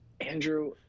Andrew